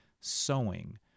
sewing